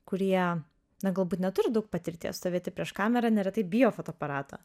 kurie dar galbūt neturi daug patirties stovėti prieš kamerą neretai bijo fotoaparato